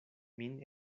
min